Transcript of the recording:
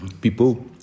People